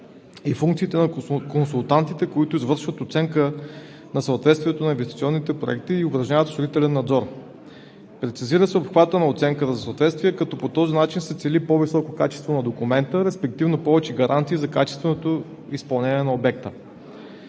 и функциите на консултантите, които извършват оценка на съответствието на инвестиционните проекти и упражняват строителен надзор. Прецизира се обхватът на оценката за съответствие, като по този начин се цели по-високо качество на документа, респективно повече гаранти за качественото изпълнение на обекта.